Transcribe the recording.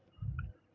పిల్లి